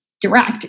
direct